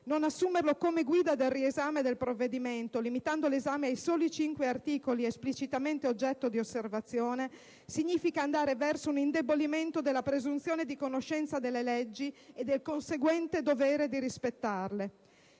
non assumerlo come guida del riesame del provvedimento, limitando l'esame ai soli cinque articoli esplicitamente oggetto di osservazione significa andare verso un indebolimento della presunzione di conoscenza delle leggi e del, conseguente, dovere di rispettarle.